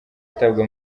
atabwa